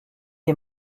est